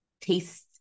taste